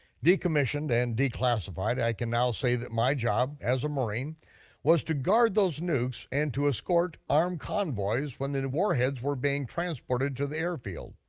decommissioned and declassified, i can now say that my job as a marine was to guard those nukes and to escort armed convoys when the warheads were being transported to the airfield.